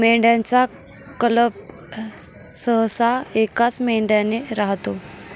मेंढ्यांचा कळप सहसा एकाच मेंढ्याने राहतो